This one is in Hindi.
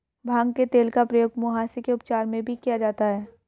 भांग के तेल का प्रयोग मुहासे के उपचार में भी किया जाता है